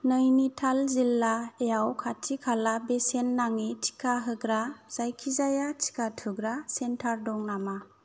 नैनिताल जिल्लायाव खाथि खाला बेसेन नाङै टिका होग्रा जायखिजाया टिका थुग्रा सेन्टार दङ नामा